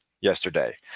yesterday